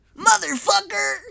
Motherfucker